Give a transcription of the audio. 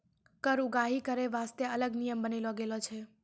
कर उगाही करै बासतें अलग नियम बनालो गेलौ छै